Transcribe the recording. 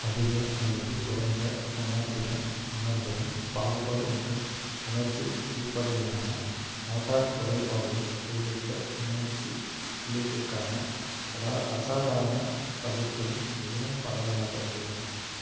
அதிக அல்லது குறைந்த உணர்திறன் உணர்திறன் பாகுபாடு மற்றும் உணர்ச்சி அடிப்படையிலான மோட்டார் குறைபாடுகள் உள்ளிட்ட உணர்ச்சி உள்ளீட்டிற்கான அதா அசாதாரண பதில்களும் மிகவும் பரவலாக உள்ளன